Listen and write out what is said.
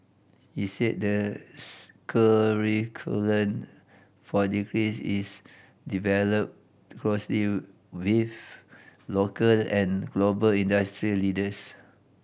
he said the curriculum for degrees is developed closely with local and global industry leaders